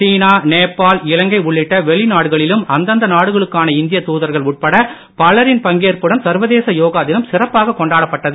சீனா நேபாள் இலங்கை உள்ளிட்ட வெளி நாடுகளிலும் அந்தந்த நாடுகளுக்கான இந்திய தூதர்கள் உட்பட பலரின் பங்கேற்புடன் சர்வதேச யோகா தினம் சிறப்பாக கொண்டாடப்பட்டது